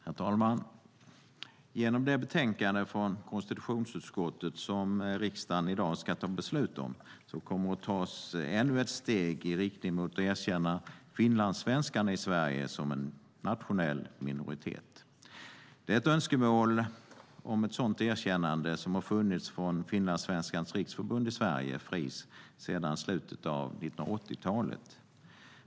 Herr talman! Genom det betänkande från konstitutionsutskottet som riksdagen i dag ska fatta beslut om tas ännu ett steg i riktning mot att erkänna finlandssvenskarna i Sverige som en nationell minoritet. Ett önskemål om ett sådant erkännande har funnits från Finlandssvenskarnas Riksförbund i Sverige, Fris, sedan slutet av 1980-talet.